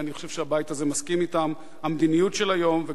ואני חושב שהבית הזה מסכים אתם: המדיניות של היום,